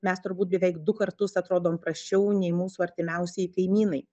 mes turbūt beveik du kartus atrodom prasčiau nei mūsų artimiausieji kaimynai